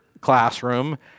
classroom